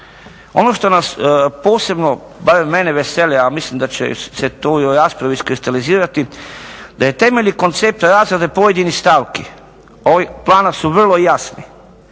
Ono što nas posebno barem mene veseli, a mislim da će se tu i u raspravi iskristalizirati, da je temeljni koncept razrada pojedinih stavki ovog plana su vrlo jasni